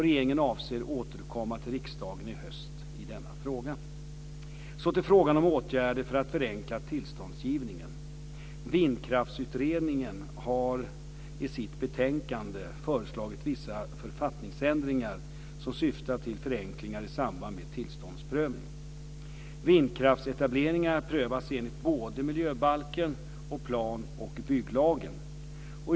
Regeringen avser återkomma till riksdagen i höst i denna fråga. Så till frågan om åtgärder för att förenkla tillståndsgivningen. Vindkraftsutredningen har i sitt betänkande föreslagit vissa författningsändringar som syftar till förenklingar i samband med tillståndsprövning. Vindkraftsetableringar prövas enligt både miljöbalken och plan och bygglagen.